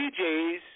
DJs